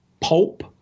pulp